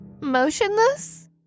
Motionless